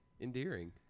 endearing